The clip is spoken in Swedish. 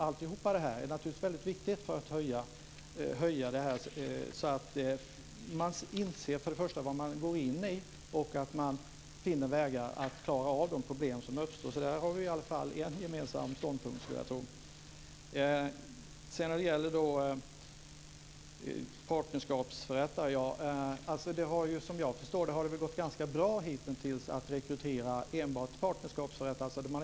Alltihop detta är naturligtvis väldigt viktigt så att människor inser vad de går in i och finner vägar att klara av de problem som uppstår. Där tror jag att vi i varje fall har en gemensam ståndpunkt. Vad gäller frågan om partnerskapsförättare har det såvitt jag förstår hitintills gått ganska bra att rekrytera enbart partnerskapsförrättare.